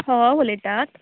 हय उलयता